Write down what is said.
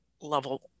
level